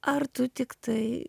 ar tu tiktai